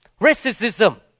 Racism